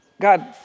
God